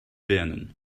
birnen